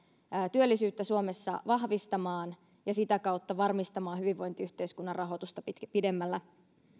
työllisyyttä suomessa vahvistamaan ja sitä kautta varmistamaan hyvinvointiyhteiskunnan rahoitusta pidemmällä